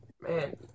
Man